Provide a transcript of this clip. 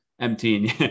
emptying